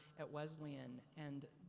at wesleyan. and,